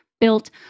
built